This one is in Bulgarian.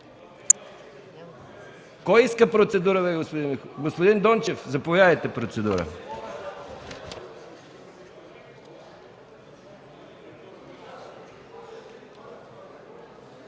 Кой иска процедура? Господин Дончев – заповядайте, за процедура.